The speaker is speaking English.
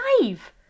five